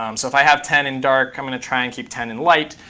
um so if i have ten in dark, i'm going to try and keep ten in light.